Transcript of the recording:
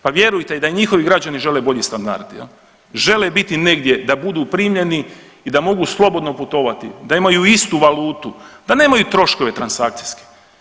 Pa vjerujte da i njihovi građani žele bolji standard, žele biti negdje da budu primljeni i da mogu slobodno putovati, da imaju istu valutu, da nemaju troškove transakcijske.